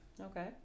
Okay